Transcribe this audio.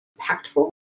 impactful